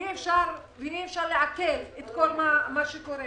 ואי אפשר לעכל את כל מה שקורה.